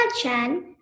chan